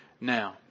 now